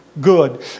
good